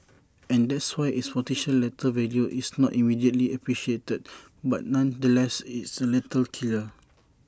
and that's why its potential lethal value is not immediately appreciated but nonetheless it's A lethal killer